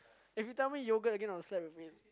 if you tell me yogurt again I would slap your face